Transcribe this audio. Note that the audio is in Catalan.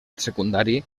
secundari